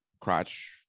Crotch